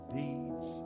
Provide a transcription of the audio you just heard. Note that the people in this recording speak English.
deeds